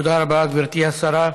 תודה רבה, גברתי השרה.